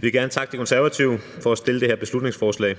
Vi vil gerne takke De Konservative for at fremsætte det her beslutningsforslag.